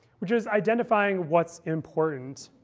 which is identifying what's important.